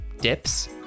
dips